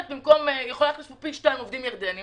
אפשר להכניס פי שניים עובדים ירדנים